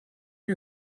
you